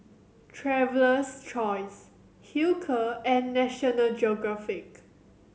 Traveler's Choice Hilker and National Geographic